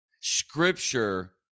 Scripture